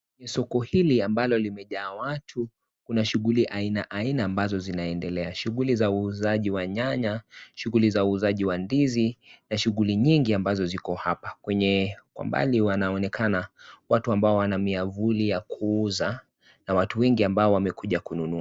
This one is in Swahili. Soko hili ambalo limejaa watu kuna shughuli haina haina ambazo zinaendelea. Shughuli za uuzaji wa nyanya, shughuli za uuzaji wa ndizi na shughuli nyingi ambazo ziko hapa. Kwenye mbali wanaonenakana watu ambao wanamiafuli ya kuuza na watu wengi ambao wamekuja kununua.